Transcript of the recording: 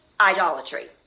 idolatry